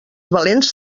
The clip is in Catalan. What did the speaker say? valents